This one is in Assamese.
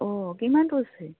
অঁ কিমান পৰছে